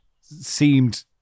seemed